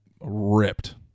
ripped